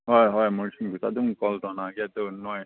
ꯍꯣꯏ ꯍꯣꯏ ꯃꯣꯏꯁꯤꯡꯗꯨꯁꯨ ꯑꯗꯨꯝ ꯀꯣꯜ ꯇꯧꯅꯒꯦ ꯑꯗꯨ ꯅꯣꯏ